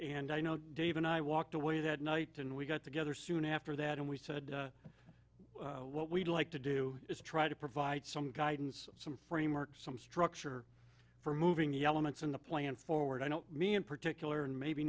and i know dave and i walked away that night and we got together soon after that and we said what we'd like to do is try to provide some guidance some framework some structure for moving the elements in the plan forward i know me in particular and maybe